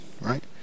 right